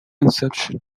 inception